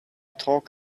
talk